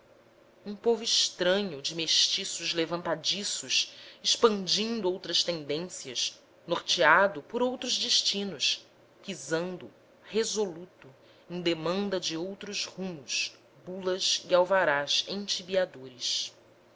um povo estranho de mestiços levantadiços expandindo outras tendências norteando por outros destinos pisando resoluto em demanda de outros rumos bulas e alvarás